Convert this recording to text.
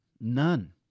None